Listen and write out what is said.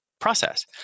process